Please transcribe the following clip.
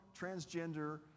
transgender